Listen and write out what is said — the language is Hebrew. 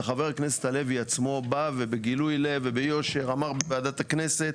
וחבר הכנסת הלוי עצמו בא ובגילוי לב וביושר אמר בוועדת הכנסת,